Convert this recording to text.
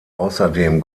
außerdem